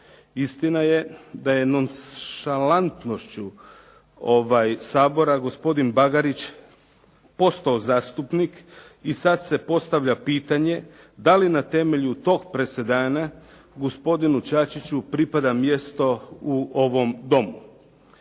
Istina je nonšalantnošću Sabora gospodin Bagarić postao zastupnik i sad se postavlja pitanje da li na temelju tog presedana gospodinu Čačiću pripada mjesto u ovom domu.